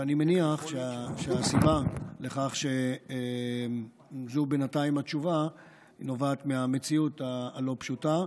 ואני מניח שהסיבה לכך שזאת בינתיים התשובה נובעת מהמציאות הלא-פשוטה.